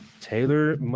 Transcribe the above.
Taylor